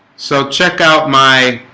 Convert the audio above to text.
so check out my